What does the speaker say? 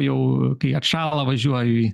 jau kai atšąla važiuoju į